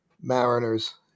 Mariners